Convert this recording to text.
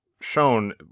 shown